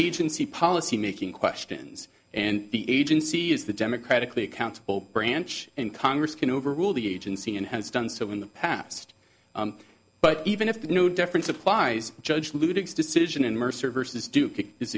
agency policy making questions and the agency is the democratically accountable branch and congress can overrule the agency and has done so in the past but even if no deference applies judge lewis decision in mercer versus duke i